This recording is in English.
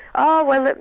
oh well,